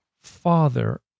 father